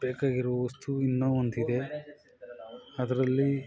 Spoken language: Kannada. ಬೇಕಾಗಿರುವ ವಸ್ತು ಇನ್ನೂ ಒಂದಿದೆ ಅದರಲ್ಲಿ